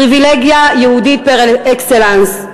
פריבילגיה ייעודית פר-אקסלנס?